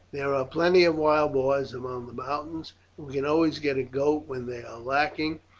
there are plenty of wild boars among the mountains, and we can always get a goat when they are lacking.